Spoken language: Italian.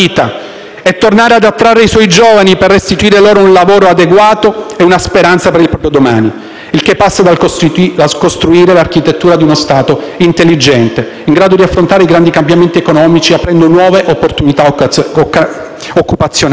e tornare ad attrarre i suoi giovani per restituire loro un lavoro adeguato e una speranza per il proprio domani. Il che passa dal costruire l'architettura di uno Stato intelligente, in grado di affrontare i grandi cambiamenti economici e aprendo nuove opportunità occupazionali.